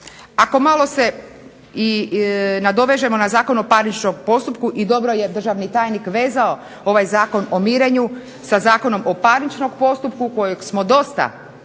Ako malo se i nadovežemo na Zakon o parničnom postupku, i dobro je državni tajnik vezao ovaj Zakon o mirenju sa Zakonom o parničnom postupku, kojeg smo dosta